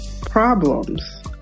problems